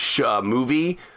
movie